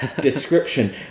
description